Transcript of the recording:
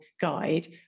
guide